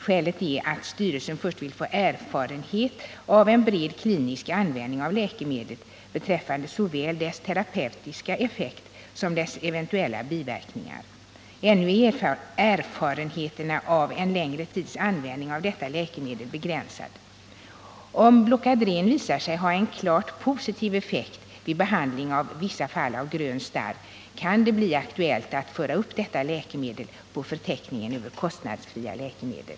Skälet är att styrelsen först vill få erfarenheter av en bred klinisk användning av läkemedlet beträffande såväl dess terapeutiska effekt som dess eventuella biverkningar. Ännu är erfarenheterna av en längre tids användning av detta läkemedel begränsade. Om Blocadren visar sig ha en klart positiv effekt vid behandling av vissa fall av grön starr kan det bli aktuellt att föra upp detta läkemedel på förteckningen över kostnadsfria läkemedel.